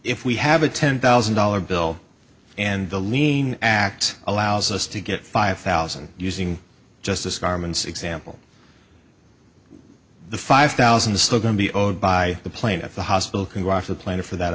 if we have a ten thousand dollar bill and the lien act allows us to get five thousand using justice garments example the five thousand is still going to be owed by the plaintiff the hospital can go after the planner for that